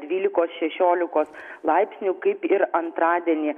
dvylikos šešiolikos laipsnių kaip ir antradienį